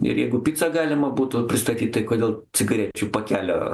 ir jeigu picą galima būtų pristatyt tai kodėl cigarečių pakelio